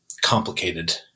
complicated